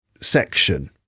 section